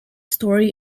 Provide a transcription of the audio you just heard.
story